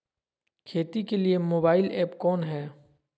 खेती के लिए मोबाइल ऐप कौन है?